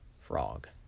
frog